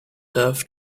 have